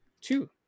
two